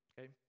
Okay